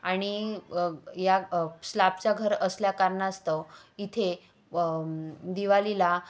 आणि या स्लापचा घर असल्या कारणास्तव इथे दिवाळीला